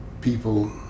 people